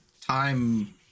time